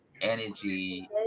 energy